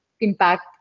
impact